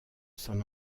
san